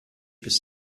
bis